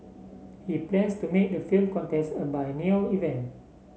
he plans to make the film contest a biennial event